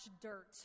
dirt